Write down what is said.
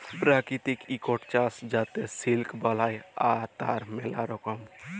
পেরাকিতিক ইকট চাস যাতে সিলিক বালাই, তার ম্যালা রকম